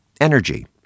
energy